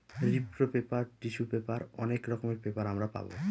রিপ্র paper, tissue paper অনেক রকমের পেপার আমরা পাবো